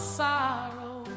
sorrow